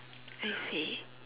I see